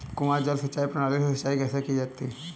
कुआँ जल सिंचाई प्रणाली से सिंचाई कैसे की जाती है?